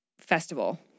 festival